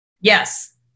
Yes